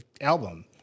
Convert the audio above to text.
album